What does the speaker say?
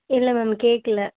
இல்லை மேம் கேக்கல